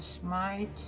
smite